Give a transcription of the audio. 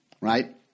right